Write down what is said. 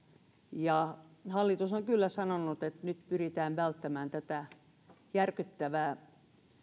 ja hallitus on kyllä sanonut että nyt pyritään välttämään tätä järkyttävää